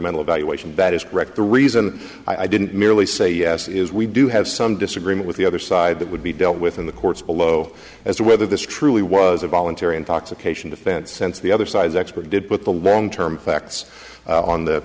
mental evaluation that is correct the reason i didn't merely say yes is we do have some disagreement with the other side that would be dealt with in the courts below as to whether this truly was a voluntary intoxication defense since the other side's expert did put the long term effects on the